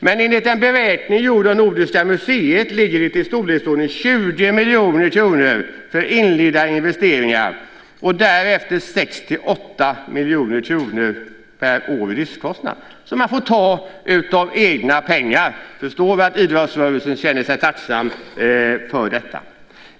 Men enligt en beräkning gjord av Nordiska museet ligger det i storleksordningen 20 miljoner kronor för inledande investeringar och därefter 6-8 miljoner kronor per år i driftkostnader som man får ta av egna pengar. Man förstår att idrottsrörelsen känner sig tacksam för detta.